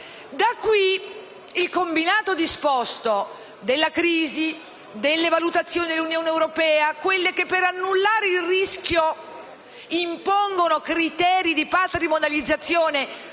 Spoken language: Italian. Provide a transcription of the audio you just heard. il combinato disposto della crisi e delle valutazioni dell'Unione europea, la quale, per annullare il rischio, impone criteri di patrimonializzazione